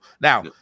Now